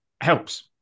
helps